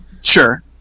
Sure